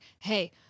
hey